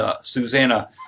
Susanna